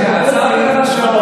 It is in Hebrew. יש הסכמות?